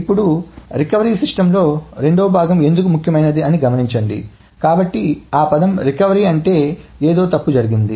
ఇప్పుడు recovery systems లో రెండవ భాగం ఎందుకు ముఖ్యమైనది అని గమనించండి కాబట్టి ఆ పదం రికవరీ అంటే ఏదో తప్పు జరిగింది